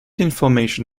information